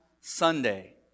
Sunday